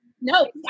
no